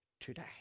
today